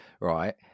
right